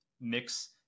mix